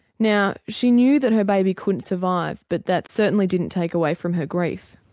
now she knew that her baby couldn't survive but that certainly didn't take away from her grief.